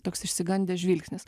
toks išsigandęs žvilgsnis